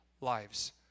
lives